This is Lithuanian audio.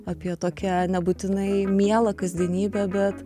apie tokią nebūtinai mielą kasdienybę bet